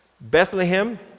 Bethlehem